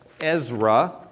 Ezra